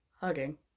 Hugging